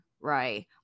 right